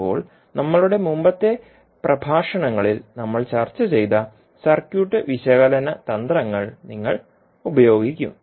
ഇപ്പോൾ നമ്മളുടെ മുമ്പത്തെ പ്രഭാഷണങ്ങളിൽ നമ്മൾ ചർച്ച ചെയ്ത സർക്യൂട്ട് വിശകലന തന്ത്രങ്ങൾ നിങ്ങൾ ഉപയോഗിക്കും